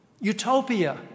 Utopia